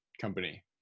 company